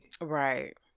Right